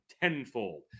tenfold